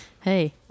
Hey